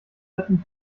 retten